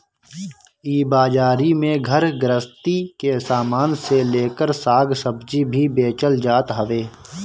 इ बाजारी में घर गृहस्ती के सामान से लेकर साग सब्जी भी बेचल जात हवे